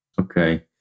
Okay